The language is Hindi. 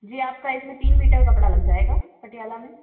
जी आपका इसमें तीन मीटर कपड़ा लग जाएगा पटियाला में